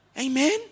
Amen